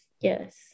Yes